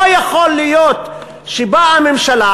לא יכול להיות שבאה ממשלה,